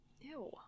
Ew